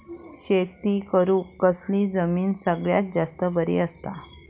शेती करुक कसली जमीन सगळ्यात जास्त बरी असता?